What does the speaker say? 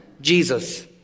Jesus